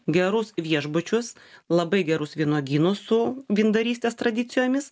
gerus viešbučius labai gerus vynuogynus su vyndarystės tradicijomis